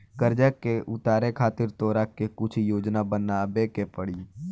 कर्जा के उतारे खातिर तोरा के कुछ योजना बनाबे के पड़ी